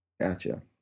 Gotcha